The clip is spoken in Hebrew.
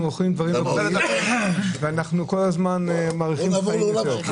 אנחנו אוכלים דברים לא בריאים אך אנחנו כל הזמן מאריכים חיים יותר.